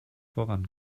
voran